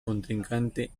contrincante